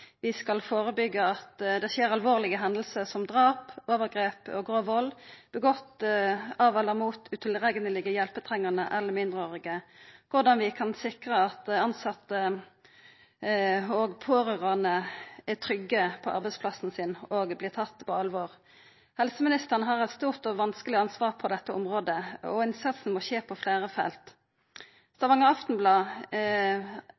skal vi førebyggja at det skjer alvorlege hendingar som drap, overgrep og grov vald, utført av utilreknelege mot hjelpetrengande eller mindreårige? Korleis kan vi sikra at tilsette og pårørande er trygge på arbeidsplassen sin og vert tatt alvorleg? Helseministeren har eit stort og vanskeleg ansvar på dette området, og innsatsen må skje på fleire felt.